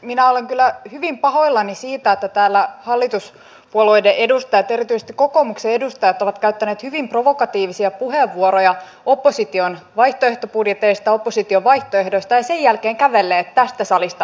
minä olen kyllä hyvin pahoillani siitä että täällä hallituspuolueiden edustajat erityisesti kokoomuksen edustajat ovat käyttäneet hyvin provokatiivisia puheenvuoroja opposition vaihtoehtobudjeteista opposition vaihtoehdoista ja sen jälkeen kävelleet tästä salista ulos